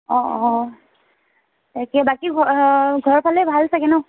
অঁ অঁ তাকে বাকী ঘ ঘৰৰ ফালে ভাল চাগে ন